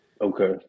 Okay